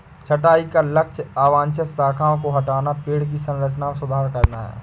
छंटाई का लक्ष्य अवांछित शाखाओं को हटाना, पेड़ की संरचना में सुधार करना है